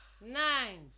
nine